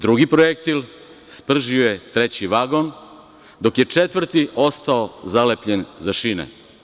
Drugi projektil spržio je treći vagon, dok je četvrti ostao zalepljen za šine.